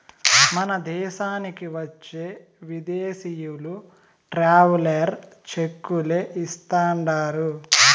మన దేశానికి వచ్చే విదేశీయులు ట్రావెలర్ చెక్కులే ఇస్తాండారు